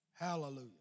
Hallelujah